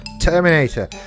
Terminator